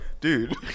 dude